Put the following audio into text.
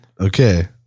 Okay